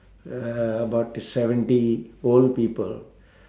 uh about seventy old people